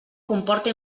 comporta